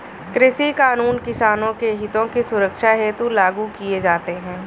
कृषि कानून किसानों के हितों की सुरक्षा हेतु लागू किए जाते हैं